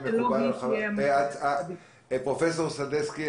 פרופסור סדצקי,